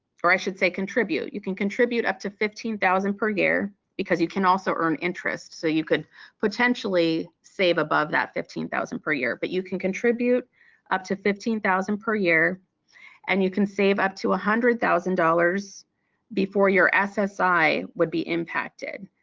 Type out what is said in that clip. or i should say contribute. you can contribute up to fifteen thousand per year because you can also earn interest so you could potentially save above that fifteen thousand per year but you can contribute up to fifteen thousand per year and you can save up to a hundred thousand dollars before your ssi would be impacted.